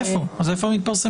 איפה הם מתפרסמים?